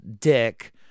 dick